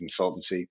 consultancy